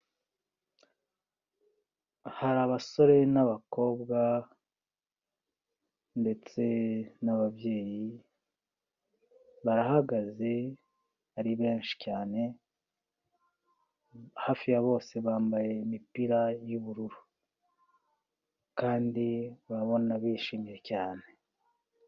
Hari abasore n'abakobwa, ndetse n'ababyeyi, barahagaze ari benshi cyane, hafi ya bose bambaye imipira y'ubururu, kandi urabona bishimye cyane.